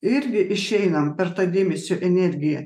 irgi išeinam per tą dėmesio energiją